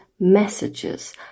messages